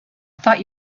thought